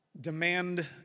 demand